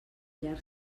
llarg